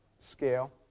scale